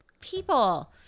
people